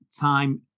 time